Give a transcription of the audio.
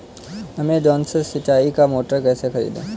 Amazon से सिंचाई का मोटर कैसे खरीदें?